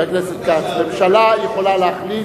חבר הכנסת כץ, ממשלה יכולה להחליט.